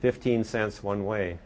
fifteen cents one way